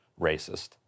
racist